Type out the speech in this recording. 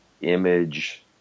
image